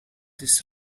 this